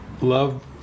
love